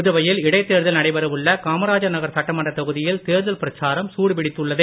புதுவையில் இடைத்தேர்தல் நடைபெற உள்ள காமராஜர் நகர் சட்டமன்றத் தொகுதியில் தேர்தல் பிரச்சாரம் சூடுபிடித்துள்ளது